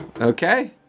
Okay